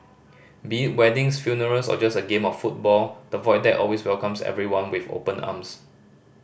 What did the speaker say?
be weddings funerals or just a game of football the Void Deck always welcomes everyone with open arms